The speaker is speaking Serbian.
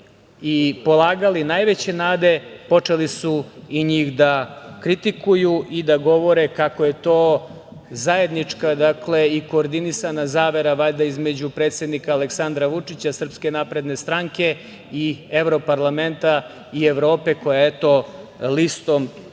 i polagali najveće nade, počeli su i njih da kritikuju i da govore kako je to zajednička, dakle, i koordinisana zavera valjda između predsednika Aleksandra Vučića, SNS i evroparlamenta i Evrope, koja eto, listom